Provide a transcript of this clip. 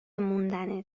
موندنت